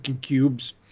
cubes